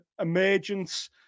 emergence